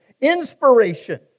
inspiration